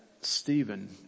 Stephen